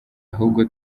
ahubwo